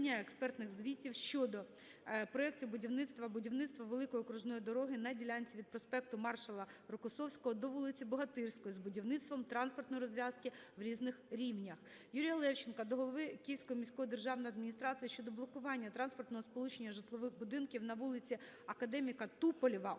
Юрія Левченка до голови Київської міської державної адміністрації щодо блокування транспортного сполучення житлових будинків на вулиці Академіка Туполєва